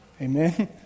Amen